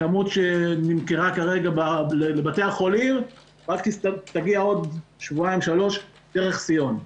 הכמות שנמכרה כרגע לבתי החולים תגיע עוד שבועיים-שלוש דרך שיאון.